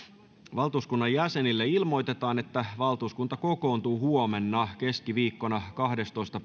valtuuskunnan jäsenille ilmoitetaan että valtuuskunta kokoontuu huomenna keskiviikkona kahdestoista